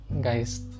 guys